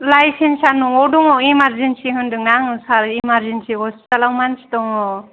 लाइसेन्सआ न'आव दङ इमार्जेनसि होनदोंना आङो सार इमार्जेनसि हस्पिटालाव मानसि दङ